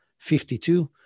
52